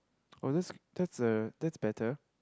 oh that's that's uh that's better